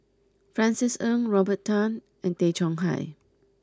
Francis Ng Robert Tan and Tay Chong Hai